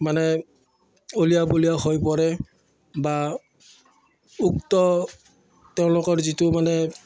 মানে উলিয়া বলিয়া হৈ পৰে বা উক্ত তেওঁলোকৰ যিটো মানে